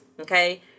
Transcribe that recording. okay